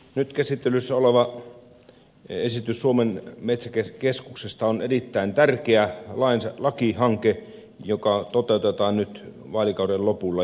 nyt käsittelyssä oleva esitys suomen metsäkeskuksesta on erittäin tärkeä lakihanke joka toteutetaan nyt vaalikauden lopulla